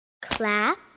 Clap